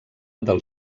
del